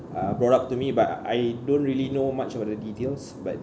uh brought up to me but I don't really know much about the details but